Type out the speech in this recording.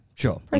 Sure